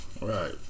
Right